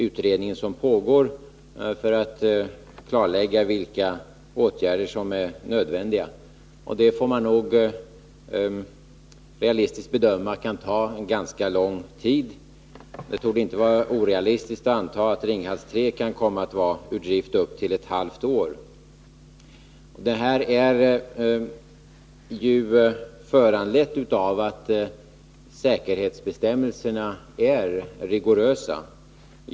Utredning pågår för att klarlägga vilka åtgärder som är nödvändiga. Man får nog realistiskt räkna med att det kan komma att ta ganska lång tid — det torde inte vara orealistiskt att anta att Ringhals 3 kan komma att vara ur drift i upp till ett halvt år. Detta är föranlett av att säkerhetsbestämmelserna är rigorösa.